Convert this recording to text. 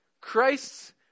Christ's